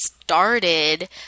started